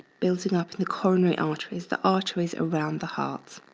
building up in the coronary arteries, the arteries around the heart.